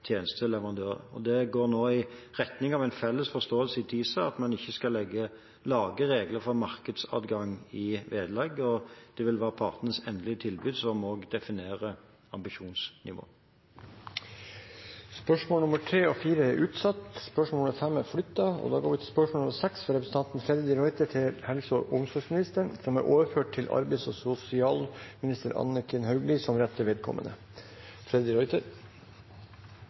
Det går nå i retning av en felles forståelse i TISA om at man ikke skal lage regler for markedsadgang i vedlegg, og det vil være partenes endelige tilbud som også definerer ambisjonsnivået. Disse spørsmålene er utsatt til neste spørretime. Spørsmål 5 er flyttet og vil bli besvart før spørsmål 10. Spørsmål nr. 6, fra representanten Freddy de Ruiter til helse- og omsorgsministeren, er overført til arbeids- og sosialminister Anniken Hauglie som rette vedkommende.